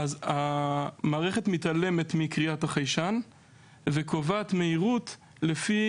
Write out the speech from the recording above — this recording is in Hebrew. המערכת מתעלמת מקריאת החיישן וקובעת מהירות לפי